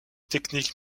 technique